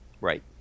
right